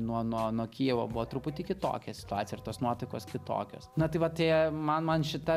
nuo nuo nuo kijevo buvo truputį kitokia situacija ir tos nuotaikos kitokios na tai va tie man man šita